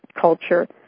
culture